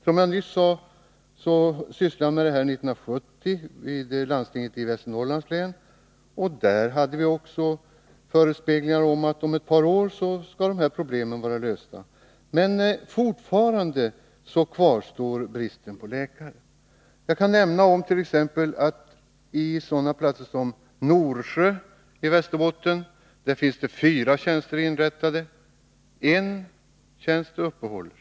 Som jag nyss sade sysslade jag 1970 med denna fråga vid landstinget i Västernorrlands län. Också där hade vi då förespeglingar om att dessa problem skulle vara lösta om några år. Men fortfarande kvarstår bristen på läkare. Jag kan nämna att det på en sådan plats som t.ex. Norsjö i Västerbotten finns fyra tjänster inrättade, men bara en tjänst uppehålls.